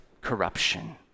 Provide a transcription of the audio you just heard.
corruption